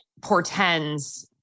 portends